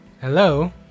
Hello